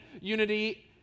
unity